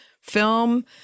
film